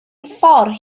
ffordd